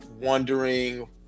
wondering